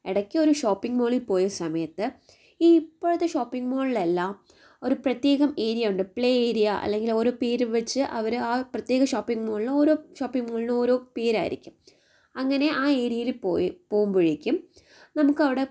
ഇടയ്ക്ക് ഒരു ഷോപ്പിംഗ് മോളിൽ പോയ സമയത്ത് ഈ ഇപ്പോഴത്തെ ഷോപ്പിംഗ് മോളിലെല്ലാം ഒരു പ്രത്യേകം ഏരിയ ഉണ്ട് പ്ലേ ഏരിയ അല്ലെങ്കിൽ ഒരു പേര് വച്ച് അവർ ആ പ്രത്യേക ഷോപ്പിംഗ് മോളിന് ഓരോ ഷോപ്പിംഗ് മോളിനും ഓരോ പേരായിയിരിക്കും അങ്ങനെ ആ ഏരിയയിൽ പോയി പോകുമ്പോഴേക്കും നമുക്കവിടെ